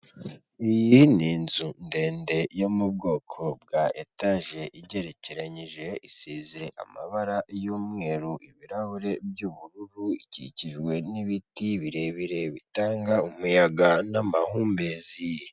Iyi ni inzu ndende yo mu bwoko bwa etaje igerekeranyije isize amabara y'umweru, ibirahure by'ubururu, ikikijwe n'ibiti birebire bitanga umuyaga n'amahumbezi.